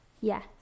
Yes